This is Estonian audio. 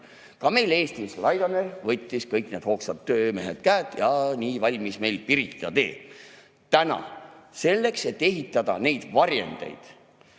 Ka meil Eestis Laidoner võttis kõik need hoogsad töömehekäed ja nii valmis meil Pirita tee. Täna selleks, et ehitada neid varjendeid,